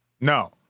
No